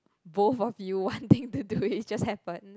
both of you wanting to do it it just happens